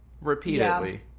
repeatedly